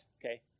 Okay